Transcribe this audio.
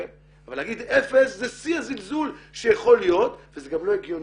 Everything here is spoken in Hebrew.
אבל להגיד אפס זה שיא הזלזול שיכול להיות וזה גם לא הגיוני.